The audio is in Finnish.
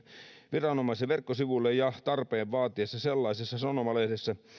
viranomaisen verkkosivuilla ja tarpeen vaatiessa sellaisessa sanomalehdessä